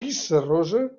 pissarrosa